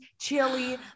chili